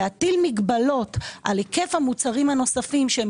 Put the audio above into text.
להטיל מגבלות על היקף המוצרים הנוספים שהם